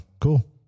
cool